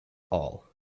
all